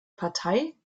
partei